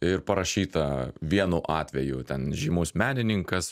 ir parašyta vienu atveju ten žymus menininkas